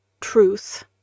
truth